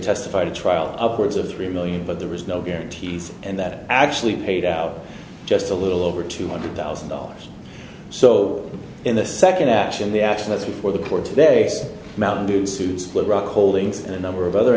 testify to trial upwards of three million but there was no guarantees and that actually paid out just a little over two hundred thousand dollars so in the second action the action that's before the court today mountain dew suit split rock holdings and a number of other